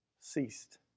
ceased